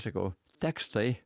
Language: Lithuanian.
sakau tekstai